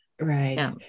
Right